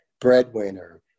breadwinner